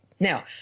Now